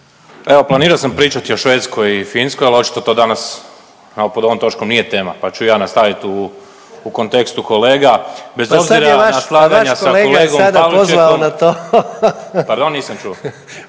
Evo, planirao sam pričati o Švedskoj i Finskoj ali očito to danas nam pod ovom točkom nije tema pa ću ja nastaviti u kontekstu kolega. Bez obzira na slaganja sa kolegom Pavličekom … **Jandroković, Gordan (HDZ)** Pa sad je